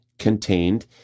contained